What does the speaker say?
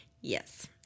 Yes